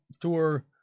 tour